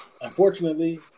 unfortunately